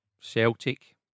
Celtic